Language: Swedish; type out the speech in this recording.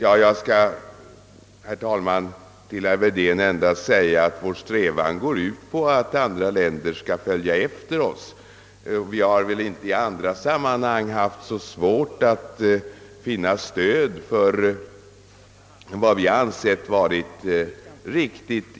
Herr talman! Jag vill bara framhålla för herr Wedén att vår strävan går ut på att andra länder skall följa vårt exempel. I andra sammanhang har vi väl inte haft så svårt att vinna stöd för vad vi ansett riktigt.